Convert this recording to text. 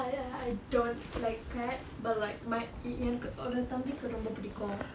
ya ya I don't like cats but like my எனக்கு ஒரு தம்பிக்கு ரொம்ப பிடிக்கும்:enakku oru thambikku romba pidikkum